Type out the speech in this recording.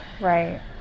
Right